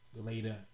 Later